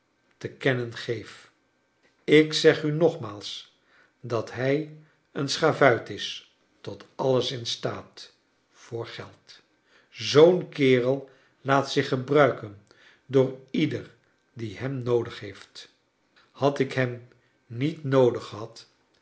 te kennen geef ik zeg u nogmaals dat hij een schavuit is tot alles in staat voor geld zoo'n kerel laat zich gebruiken door ieder die hem noodig heeft had ik hem niet noodig gehad